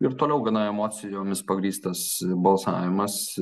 ir toliau gana emocijomis pagrįstas balsavimas